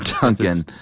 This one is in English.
Duncan